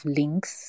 links